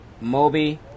Moby